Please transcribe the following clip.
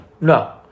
No